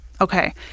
Okay